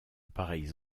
pareilles